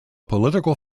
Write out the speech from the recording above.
political